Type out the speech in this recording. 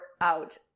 out